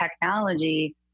technology